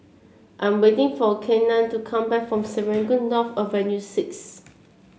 I'm waiting for Kenan to come back from Serangoon North Avenue Six